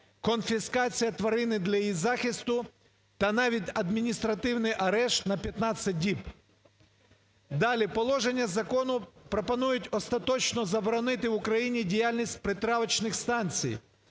конфіскація тварини для її захисту та навіть адміністративний арешт на 15 діб. Далі. Положення закону пропонують остаточно заборони в Україні діяльність притравочних станцій,